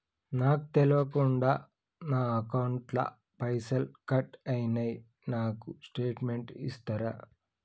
నాకు తెల్వకుండా నా అకౌంట్ ల పైసల్ కట్ అయినై నాకు స్టేటుమెంట్ ఇస్తరా?